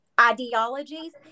ideologies